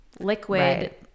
liquid